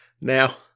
Now